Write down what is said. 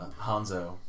Hanzo